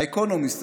האקונומיסט,